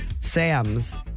Sam's